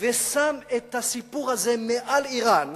ושם את הסיפור הזה מעל אירן,